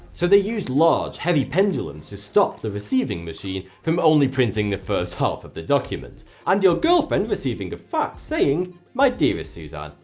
so they used large, heavy pendulums to stop the receiving machine from only printing the first half of the document, and your girlfriend receiving a fax saying my dearest susanne,